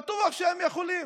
בטוח שהם יכולים.